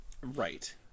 Right